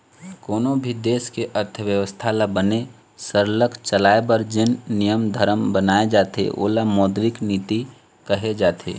कोनों भी देश के अर्थबेवस्था ल बने सरलग चलाए बर जेन नियम धरम बनाए जाथे ओला मौद्रिक नीति कहे जाथे